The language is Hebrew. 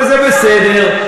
וזה בסדר,